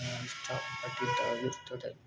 ಇಷ್ಟಪಟ್ಟಿದ್ದಾಗಿರ್ತದೆ